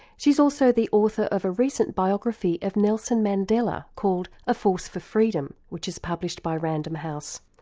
she's also the author of a recent biography of nelson mandela called a force for freedom which is published by random house.